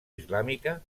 islàmica